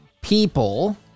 people